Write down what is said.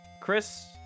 Chris